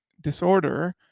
disorder